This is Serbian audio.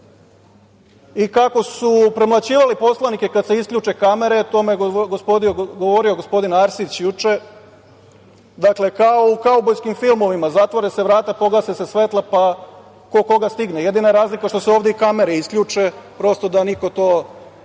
kako su premlaćivali poslanike kada se isključe kamere, o tome je govorio gospodin Arsić juče. Dakle, kao u kaubojskim filmovima, zatvore se vrata, pogase se svetla, pa ko koga stigne. Jedina je razlika što se ovde i kamere isključe, prosto da niko to